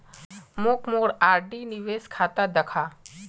मोक मोर आर.डी निवेश खाता दखा